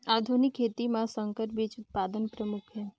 आधुनिक खेती म संकर बीज उत्पादन प्रमुख हे